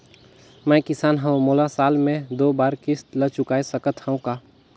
मैं किसान हव मोला साल मे दो बार किस्त ल चुकाय सकत हव का?